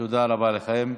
תודה רבה לכם.